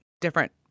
different